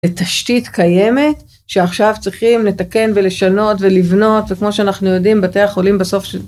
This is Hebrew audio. תשתית קיימת שעכשיו צריכים לתקן ולשנות ולבנות וכמו שאנחנו יודעים בתי החולים בסוף של